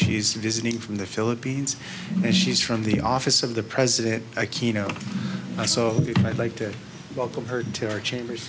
she's visiting from the philippines and she's from the office of the president aquino so i'd like to welcome her to our chambers